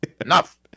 Enough